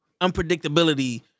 unpredictability